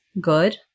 good